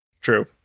True